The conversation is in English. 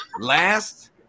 last